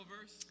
verse